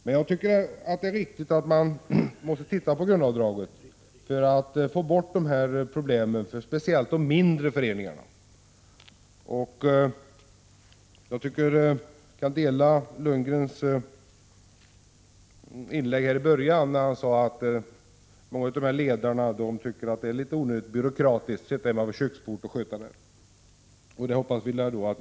Men jag tycker det är riktigt att man ser över grundavdraget för att få bort problemen för speciellt de mindre föreningarna. Bo Lundgren sade tidigare att många ledare reagerar mot byråkratin när de sitter hemma vid köksbordet och sköter det här jobbet.